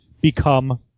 become